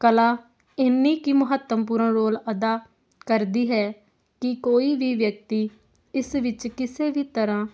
ਕਲਾ ਇੰਨੀ ਕੁ ਹੀ ਮਹੱਤਵਪੂਰਨ ਰੋਲ ਅਦਾ ਕਰਦੀ ਹੈ ਕਿ ਕੋਈ ਵੀ ਵਿਅਕਤੀ ਇਸ ਵਿੱਚ ਕਿਸੇ ਵੀ ਤਰ੍ਹਾਂ